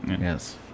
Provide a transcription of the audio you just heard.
Yes